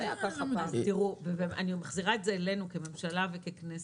אני מחזירה את זה אלינו כממשלה וככנסת.